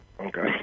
okay